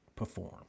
Perform